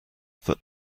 that